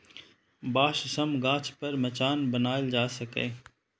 बांस सं गाछ पर मचान बनाएल जा सकैए